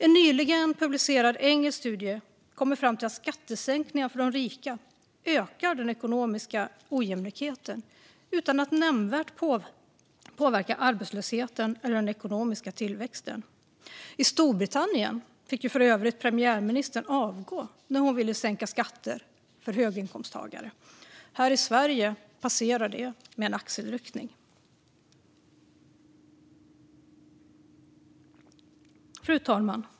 En nyligen publicerad engelsk studie kommer fram till att skattesänkningar för de rika ökar den ekonomiska ojämlikheten utan att nämnvärt påverka arbetslösheten eller den ekonomiska tillväxten. I Storbritannien fick för övrigt premiärministern avgå när hon ville sänka skatter för höginkomsttagare. Här i Sverige passerar det med en axelryckning. Fru talman!